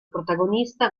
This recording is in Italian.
protagonista